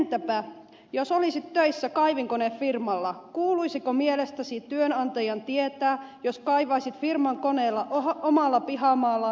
entäpä jos olisit töissä kaivinkonefirmalla kuuluisiko mielestäsi työnantajan tietää jos kaivaisit firman koneella omalla pihamaalla firman työajalla